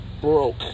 broke